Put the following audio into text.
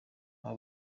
aba